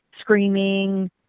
screaming